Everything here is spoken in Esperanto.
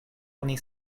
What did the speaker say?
oni